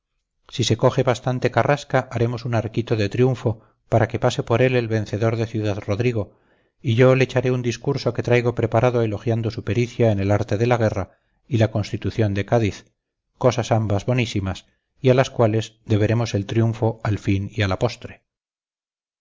si se coge bastante carrasca haremos un arquito de triunfo para que pase por él el vencedor de ciudad-rodrigo y yo le echaré un discurso que traigo preparado elogiando su pericia en el arte de la guerra y la constitución de cádiz cosas ambas bonísimas y a las cuales deberemos el triunfo al fin y a la postre